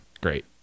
great